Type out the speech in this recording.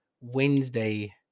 Wednesday